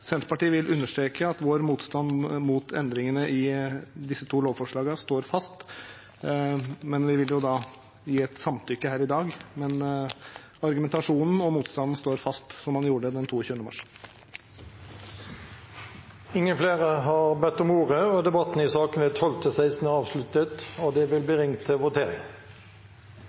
Senterpartiet vil understreke at vår motstand mot endringene i disse to lovforslagene står fast. Vi vil gi et samtykke her i dag, men argumentasjonen og motstanden står fast – som den gjorde den 22. mars. Flere har ikke bedt om ordet til sakene nr. 12–16. Da er Stortinget klar til å gå til votering.